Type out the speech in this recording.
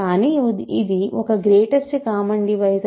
కానీ ఇది ఒక గ్రేటెస్ట్ కామన్ డివైజర్